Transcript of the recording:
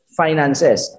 finances